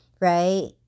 right